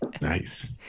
Nice